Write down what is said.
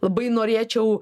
labai norėčiau